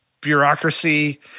bureaucracy